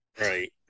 Right